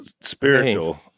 spiritual